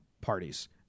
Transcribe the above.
parties